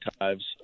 archives